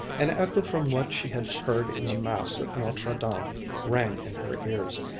an echo from what she had heard in the mass at notre dame rang in her ears,